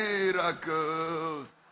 miracles